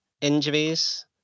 injuries